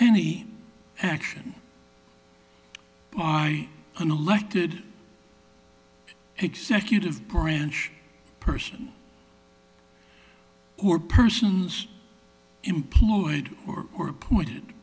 any action i an elected executive branch person or persons employed or or appointed